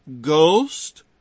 Ghost